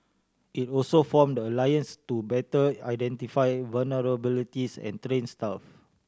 it also formed the alliance to better identify vulnerabilities and train staff